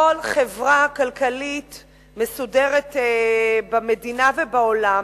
כל חברה כלכלית מסודרת במדינה ובעולם